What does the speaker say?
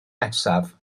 nesaf